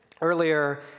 Earlier